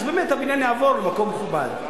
אז באמת הבניין יעבור למקום מכובד.